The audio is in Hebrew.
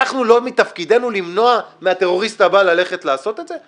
לא מתפקידנו למנוע מהטרוריסט הבא ללכת לעשות את זה?